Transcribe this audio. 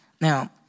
Now